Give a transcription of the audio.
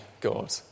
God